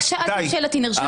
רק שאלתי אם שאלתי נרשמה.